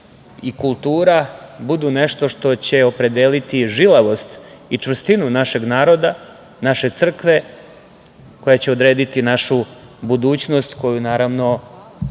i kultura budu nešto što će opredeliti žilavost i čvrstinu našeg naroda, naše crkve koja će odrediti našu budućnost, koju naravno